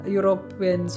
European